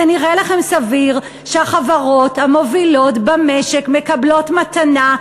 נראה לכם סביר שהחברות המובילות במשק מקבלות מתנה,